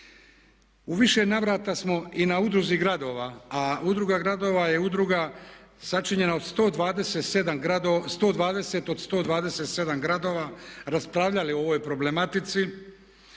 U više navrata smo i na Udruzi gradova, a Udruga gradova je udruga sačinjena od 120 od 127 gradova raspravljali o ovoj problematici